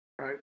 right